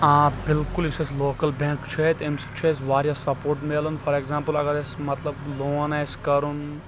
آ بالکل یُس اسہِ لوکل بینک چھُ اتہِ أمہِ سۭتۍ چھُ اَسہِ واریاہ سپوٹ مِلان فار ایگزامپل اگر اَسہِ مطلب لون آسہِ کرُن